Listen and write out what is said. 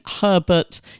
Herbert